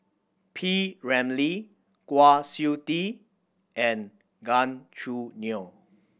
P Ramlee Kwa Siew Tee and Gan Choo Neo